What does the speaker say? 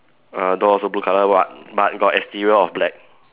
err door also blue color but but got exterior of black